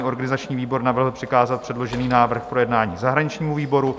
Organizační výbor navrhl přikázat předložený návrh k projednání zahraničnímu výboru.